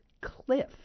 cliff